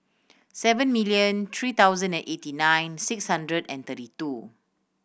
seven million three thousand and eighty nine six hundred and thirty two